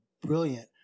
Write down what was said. brilliant